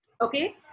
Okay